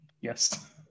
Yes